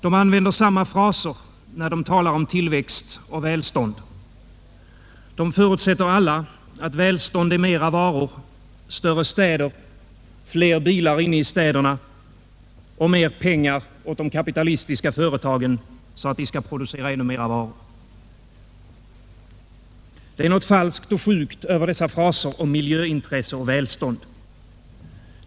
De använder samma fraser när de talar om tillväxt och välstånd. De förutsätter alla att välstånd är mera varor, större städer, fler bilar inne i städerna och mer pengar åt de kapitalistiska företagen, så att de skall producera ännu mer varor. Det är något falskt och sjukt över dessa fraser om miljöintresse och välstånd.